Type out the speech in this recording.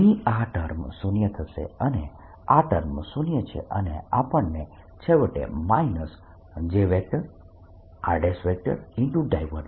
અહીં આ ટર્મ શૂન્ય છે આ ટર્મ શૂન્ય છે અને આપણને છેવટે Jr